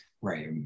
right